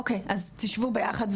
אוקי אז תשבו יחד,